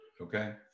okay